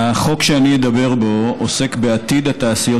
החוק שאני אדבר בו עוסק בעתיד התעשיות